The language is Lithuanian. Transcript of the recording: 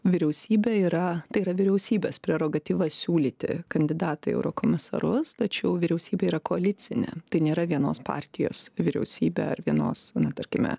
vyriausybė yra tai yra vyriausybės prerogatyva siūlyti kandidatą į eurokomisarus tačiau vyriausybė yra koalicinė tai nėra vienos partijos vyriausybė ar vienos na tarkime